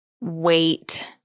wait